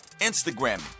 Instagram